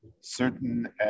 certain